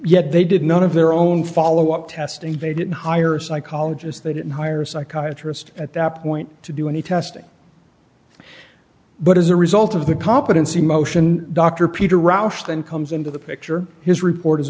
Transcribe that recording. yet they did none of their own follow up test and they didn't hire a psychologist they didn't hire a psychiatrist at that point to do any testing but as a result of the competency motion dr peter roust and comes into the picture his report is